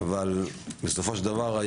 בסופו של דבר,